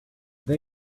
they